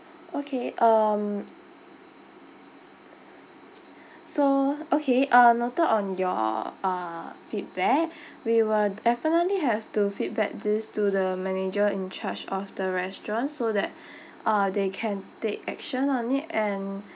okay um so okay uh noted on your uh feedback we will definitely have to feedback this to the manager in charge of the restaurant so that uh they can take action on it and